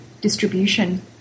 distribution